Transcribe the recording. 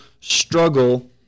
struggle